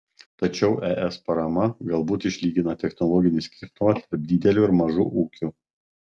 tačiau es parama galbūt išlygina technologinį skirtumą tarp didelių ir mažų ūkių